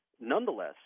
nonetheless